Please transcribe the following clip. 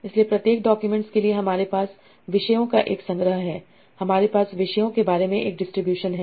इसलिए प्रत्येक डॉक्यूमेंट्स के लिए हमारे पास विषयों का एक संग्रह है हमारे पास विषयों के बारे में एक डिस्ट्रीब्यूशन है